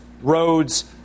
roads